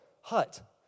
hut